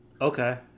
Okay